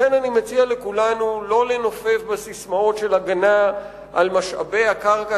לכן אני מציע לכולנו לא לנופף בססמאות של הגנה על משאבי הקרקע